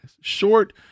Short